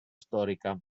storica